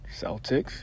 Celtics